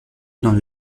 dans